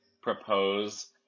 propose